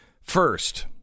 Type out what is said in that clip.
First